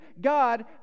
God